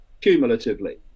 cumulatively